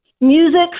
music